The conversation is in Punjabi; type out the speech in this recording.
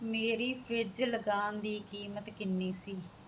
ਮੇਰੀ ਫਰਿੱਜ ਲਗਾਉਣ ਦੀ ਕੀਮਤ ਕਿੰਨੀ ਸੀ